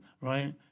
right